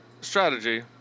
strategy